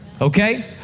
Okay